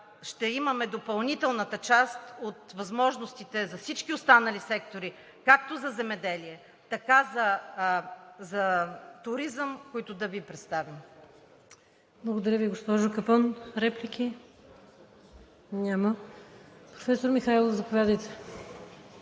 Ще имаме допълнителната част от възможностите за всички останали сектори както за земеделие, така и за туризъм, които да Ви представим.